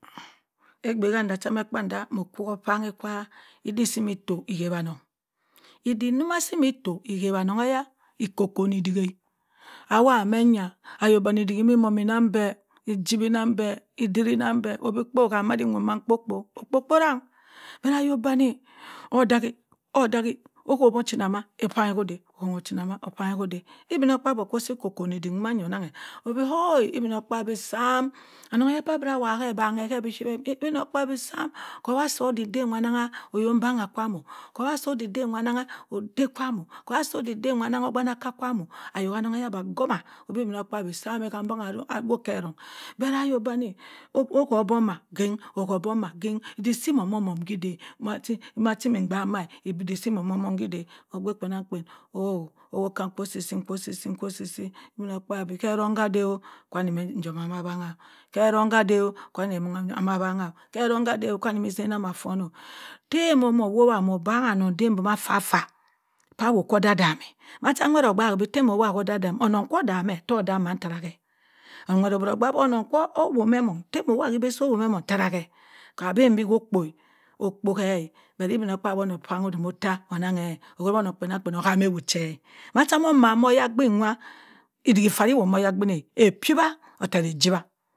Ebura ba cha ekpa da mo kowi opayi kwa idik sima ato ohawa annon idik sa emmi too oyawa onnon keyer kokoni odik-a awowar man ya ayok banni emi emomi onanng bẹ a jiwi onnon bẹ odiri onnon bẹ, obi kkpo kaam mad in owowbu ma nkpo-kpo, okpo-kpo arrang but ayok bani odaki-odaki owowa ochina ma opanyi ku da ochina ma opanyi ko da ibinokpaabyi oko osi oko-okko odik wa onnong ke obi ibinokpabyi samm annon keyaa cha abira awahn obange biphyit ibinokpaadyi samm ka wa si odik dan wanna annan kwaam-o ku wa asi odik dan wanna annang otte kwaam-o ku wa si odik wanna annan obanaka kwaam-o ayok ki ominawa bẹ gamma obi ibinokpaabyi samm-a ba awowbu ke eronng but ayok banni oha obok ma oha obok ma edik simoomo ka da machin immi ndaak ma odik si mọmọm ka da obgh kpanankpa oo awo ka kwosisi, kwo-sisi, kwo-sisi, kwosisi ibinokpaabyi ke erong ka da, ka nnimum ijiom amma wannang ke erong ka da nnimum awannang, ke erong ka de ka nnimum asi afọno tta momo howa mo bangi annon da afa-afa ka wo ku odam-odami macha nwett odaaki ta mo howa ka odam-odami onnong too dam-e to odam-e man ttara ke nwett obiro odaak bi onnon ko wowbu emong ta mo wowbh ttara kẹ ko ka ben bi ko okpo okpo-e ibinokpaabyi opayin ozam atta onnane owuri bẹ onnon kpunankpan ohami ewott che macha maman ko oyadinn nwa idik afa si wo ko oyadinn-a apiwa ottara ejiwa